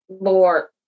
more